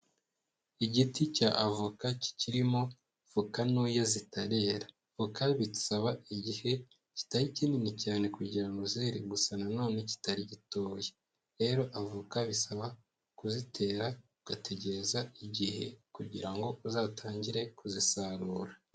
Igiti cya avoka kikirimo voka ntoya zitarera. Voka bidusaba igihe kitari kinini cyane kugira ngo zere, gusa na none kitari gitoya. Rero avoka bisaba kuzitera ugategereza igihe kugira ngo uzatangire kuzisarura.